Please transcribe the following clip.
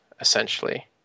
essentially